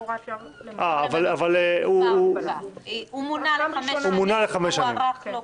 הוא מונה לחמש שנים, והוארך לו לחמש שנים.